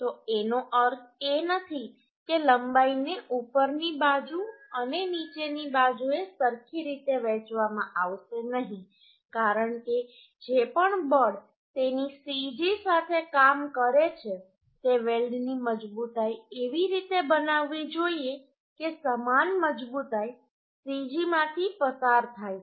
તો એનો અર્થ એ નથી કે લંબાઈને ઉપરની બાજુ અને નીચેની બાજુએ સરખી રીતે વહેંચવામાં આવશે નહીં કારણ કે જે પણ બળ તેની cg સાથે કામ કરે છે તે વેલ્ડની મજબૂતાઈ એવી રીતે બનાવવી જોઈએ કે સમાન મજબૂતાઈ cg માંથી પસાર થાય